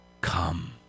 come